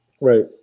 Right